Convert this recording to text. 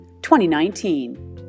2019